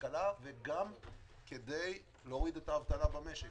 - השכלה וגם כדי להוריד את האבטלה במשק.